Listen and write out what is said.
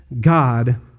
God